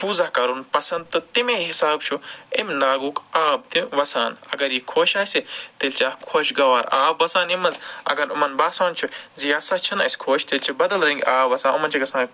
پوٗزا کَرُن پَسنٛد تہٕ تٔمی حِساب چھُ أمۍ ناگُک آب تہِ وَسان اَگر یہِ خۄش آسہِ تیٚلہِ چھِ اَکھ خۄشگوار آب وَسان أمۍ منٛز اَگر یِمَن باسان چھِ زِ یہِ ہسا چھِنہٕ اَسہِ خۄش تیٚلہِ چھِ بدل رٔنگۍ آب وَسان یِمَن چھِ گژھان